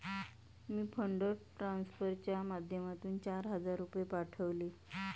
मी fund ट्रान्सफरच्या माध्यमातून चार हजार रुपये पाठवले